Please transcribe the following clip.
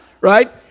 right